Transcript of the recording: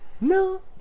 no